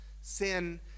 sin